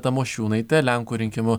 tamošiūnaitė lenkų rinkimų